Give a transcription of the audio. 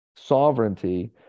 sovereignty